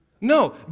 No